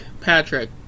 patrick